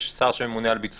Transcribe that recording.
יש שר שממונה על ביצועו,